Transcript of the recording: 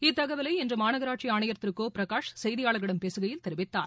இத்தகவலை இன்று மாநகராட்சி ஆணையர் திரு கோ பிரகாஷ் செய்தியாளர்களிடம் பேசுகையில் தெரிவித்தார்